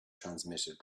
transmitted